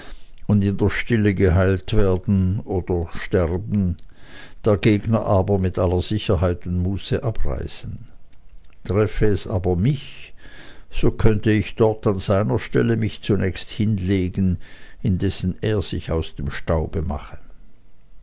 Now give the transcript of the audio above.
und in der stille geheilt werden oder sterben der gegner aber mit aller sicherheit und muße abreisen treffe es aber mich so könne ich dort an seiner stelle mich zunächst hinlegen indessen er sich aus dem staube mache